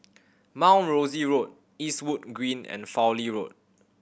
Mount Rosie Road Eastwood Green and Fowlie Road